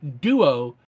duo